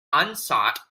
unsought